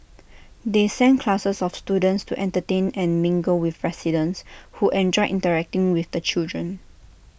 they send classes of students to entertain and mingle with residents who enjoy interacting with the children